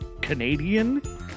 Canadian